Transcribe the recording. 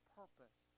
purpose